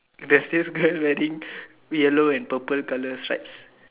there's this girl wearing yellow and purple color stripes